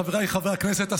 חבריי חברי הכנסת,